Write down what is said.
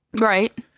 right